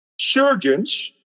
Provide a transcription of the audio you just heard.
surgeons